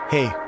Hey